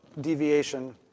deviation